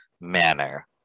manner